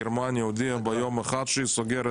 גרמניה נכנסה ללחץ והודיעה ביום אחד שהיא סוגרת